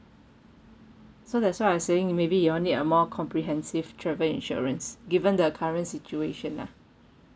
so that's why I saying maybe you all need a more comprehensive travel insurance given the current situation lah